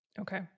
Okay